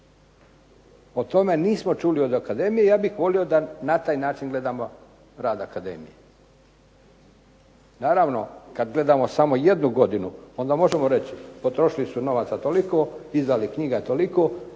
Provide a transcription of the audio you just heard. O tome nismo čuli od akademije, ja bih volio da na taj način gledamo rad akademije. Naravno kad gledamo samo jednu godinu, onda možemo reći potrošili su novaca toliko, izdali knjiga toliko,